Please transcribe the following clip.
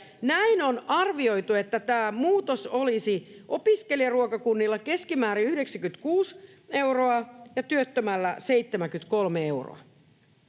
Näin on arvioitu, että tämä muutos olisi opiskelijaruokakunnilla keskimäärin 96 euroa ja työttömällä 73 euroa.